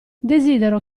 desidero